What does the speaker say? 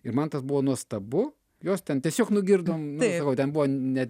ir man tas buvo nuostabu jos ten tiesiog nugirdom nu sakau ten buvo net